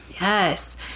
Yes